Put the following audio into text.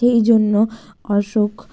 সেই জন্য অশোক